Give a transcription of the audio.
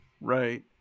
Right